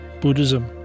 Buddhism